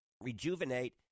rejuvenate